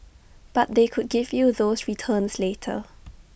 but they could give you those returns later